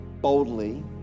boldly